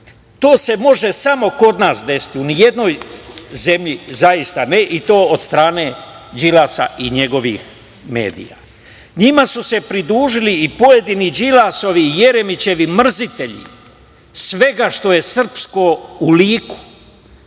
To se može samo kod nas desiti, ni u jednoj zemlji, zaista, ne, i to od strane Đilasa i njegovih medija. Njima su se pridružili i pojedini Đilasovi i Jeremićevi mrzitelji svega što je srpsko u liku